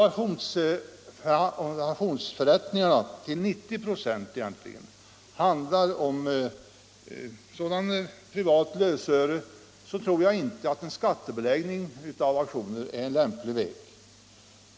Auktionsförrättningarna handlar till ca 90 96 om sådant privat lösöre, och därför tror jag inte att skattebeläggning av auktioner är en lämplig åtgärd.